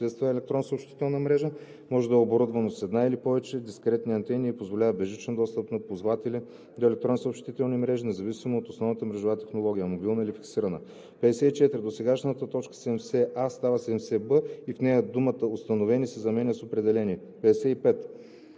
обществена електронна съобщителна мрежа; може да е оборудвано с една или повече дискретни антени и позволява безжичен достъп на ползватели до електронни съобщителни мрежи, независимо от основната мрежова топология (мобилна или фиксирана).“ 54. Досегашната т. 70а става т. 70б и в нея думата „установени“ се заменя с „определени“. 55.